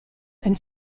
and